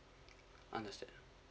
understand